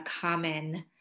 common